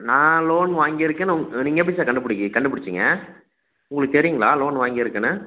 நான் லோன் வாங்கியிருக்கேன்னு ஒங் நீங்கள் எப்படி சார் கண்டுபிடி கண்டுபிடிச்சீங்க உங்களுக்கு தெரியுங்களா லோன் வாங்கியிருக்கேன்னு